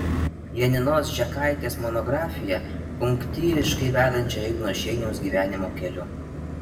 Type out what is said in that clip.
janinos žekaitės monografiją punktyriškai vedančią igno šeiniaus gyvenimo keliu